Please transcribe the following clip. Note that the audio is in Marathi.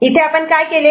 इथे आपण काय केले